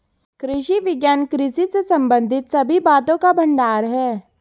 कृषि विज्ञान कृषि से संबंधित सभी बातों का भंडार है